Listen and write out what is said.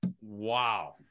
Wow